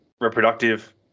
reproductive